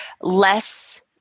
less